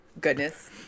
Goodness